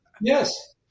Yes